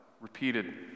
repeated